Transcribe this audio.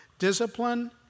discipline